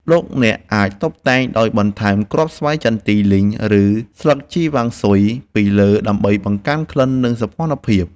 លោកអ្នកអាចតុបតែងដោយបន្ថែមគ្រាប់ស្វាយចន្ទីលីងឬស្លឹកជីរវ៉ាន់ស៊ុយពីលើដើម្បីបង្កើនក្លិននិងសោភ័ណភាព។